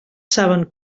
saben